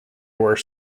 were